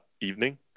evening